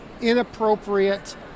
inappropriate